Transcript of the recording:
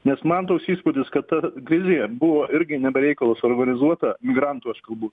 nes man toks įspūdis kad ta krizė buvo irgi ne be reikalo suorganizuota migrantų aš kalbu